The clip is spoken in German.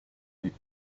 mit